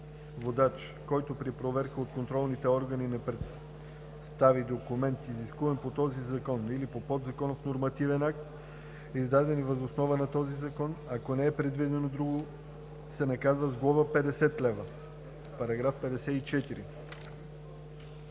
Водач, който при проверка от контролните органи не представи документ, изискуем по този закон или по подзаконов нормативен акт, издадени въз основа на този закон, ако не е предвидено друго, се наказва с глоба 50 лв.“ ПРЕДСЕДАТЕЛ